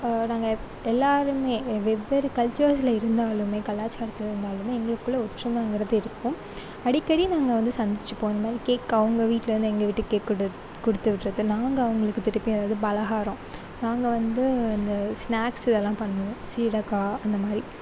நாங்கள் எல்லோருமே வெவ்வேறு கல்ச்சரஸில் இருந்தாலும் கலாச்சாரத்தில் இருந்தாலும் எங்களுக்குள்ளே ஒற்றுமைங்குறது இருக்கும் அடிக்கடி நாங்கள் வந்து சந்திச்சுப்போம் இந்தமாதிரி கேக் அவங்க வீட்டுலேருந்து எங்கள் வீட்டுக்கு கேக் குடுத்து கொடுத்துவிடுறது நாங்கள் அவங்களுக்கு திருப்பி ஏதாவது பலகாரம் நாங்கள் வந்து இந்த ஸ்நாக்ஸ் இதெல்லாம் பண்ணுவோம் சீடைக்கா அந்தமாதிரி